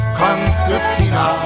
concertina